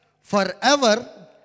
forever